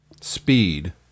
speed